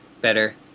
better